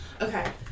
Okay